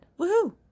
Woohoo